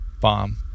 bomb